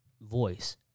voice